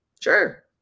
Sure